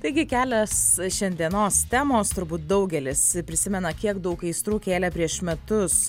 taigi kelios šiandienos temos turbūt daugelis prisimena kiek daug aistrų kėlė prieš metus